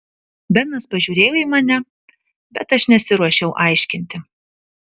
benas pažiūrėjo į mane bet aš nesiruošiau aiškinti